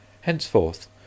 Henceforth